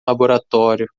laboratório